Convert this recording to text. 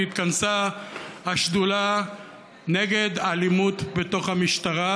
עת התכנסה השדולה נגד אלימות בתוך המשטרה,